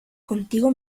contigo